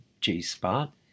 G-spot